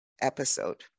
episode